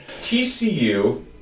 TCU